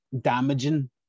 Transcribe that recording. damaging